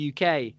uk